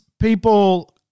people